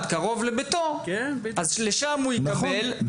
קרוב לביתו לשם הוא יקבל --- נכון,